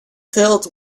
filled